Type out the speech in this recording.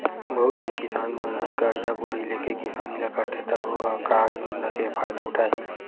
बहुत झन किसान मन ह करजा बोड़ी लेके किसानी ल करथे त ओ ह का योजना के फायदा उठाही